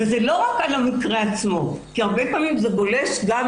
ולא רק על המקרה עצמו כי הרבה פעמים זה גולש גם